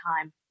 time